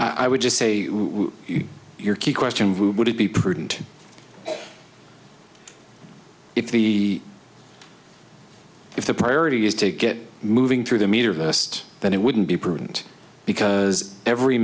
i would just say your key question would it be prudent if the if the priority is to get moving through the meter list then it wouldn't be prudent because every